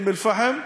אום-אלפחם,